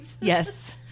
Yes